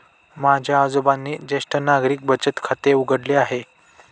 माझ्या आजोबांनी ज्येष्ठ नागरिक बचत खाते उघडले आहे